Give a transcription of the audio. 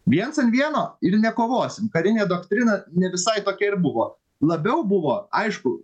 viens an vieno ir nekovosim karinė doktrina ne visai tokia ir buvo labiau buvo aišku